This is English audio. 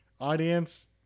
Audience